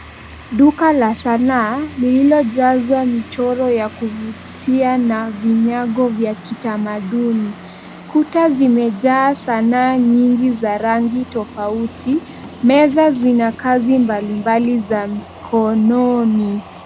Duka la sanaa lililojazwa michoro ya kuvutia na vinyago vya kitamaduni. Kuta zimejaa sanaa nyingi za rangi tofauti. Meza zina kazi mbalimbali za mkononi.